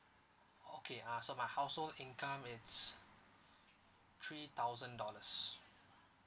okay uh so my household income it's three thousand dollars